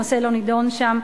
ולא נדון שם.